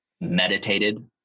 meditated